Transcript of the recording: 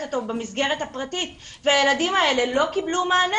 אותו במסגרת הפרטית והילדים האלה לא קיבלו מענה.